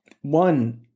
one